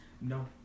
no